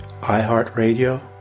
iHeartRadio